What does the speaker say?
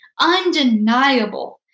undeniable